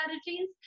strategies